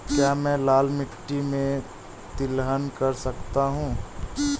क्या मैं लाल मिट्टी में तिलहन कर सकता हूँ?